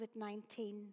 COVID-19